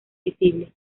visible